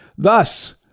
Thus